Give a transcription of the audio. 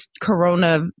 corona